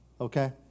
okay